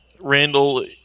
Randall